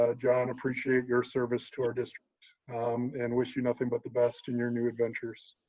ah john, appreciate your service to our district and wish you nothing but the best in your new adventures.